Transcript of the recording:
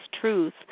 truth